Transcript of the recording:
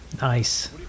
Nice